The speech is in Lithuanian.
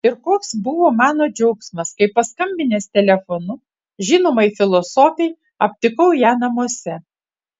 ir koks buvo mano džiaugsmas kai paskambinęs telefonu žinomai filosofei aptikau ją namuose